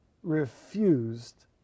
refused